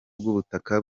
bw’ubutaka